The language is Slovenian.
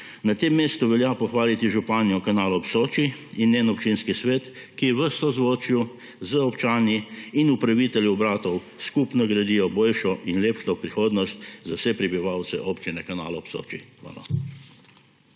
Na tem mestu velja pohvaliti županjo Kanala ob Soči in njen občinski svet, ki v sozvočju z občani in upravitelji obratov skupno gradijo boljšo in lepšo prihodnost za vse prebivalce Občine Kanal ob Soči. Hvala.